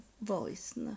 voice